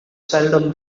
seldom